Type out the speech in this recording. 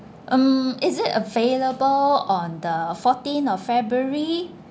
um is it available on the fourteen of february